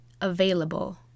available